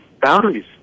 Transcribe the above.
boundaries